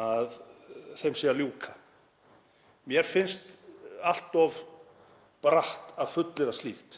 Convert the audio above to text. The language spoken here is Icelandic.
að framlengja, að ljúka. Mér finnst allt of bratt að fullyrða slíkt.